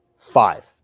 Five